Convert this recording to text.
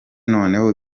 noneho